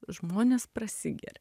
žmonės prasigeria